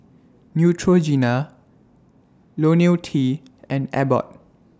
Neutrogena Ionil T and Abbott